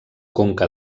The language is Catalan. conca